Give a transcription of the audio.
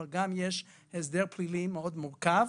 אבל יש גם הסדר פלילי מאוד מורכב